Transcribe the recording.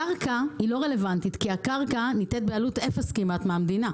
הקרקע לא רלוונטית כי היא נקנית בעלות אפס כמעט מהמדינה.